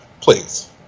Please